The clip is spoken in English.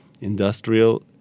industrial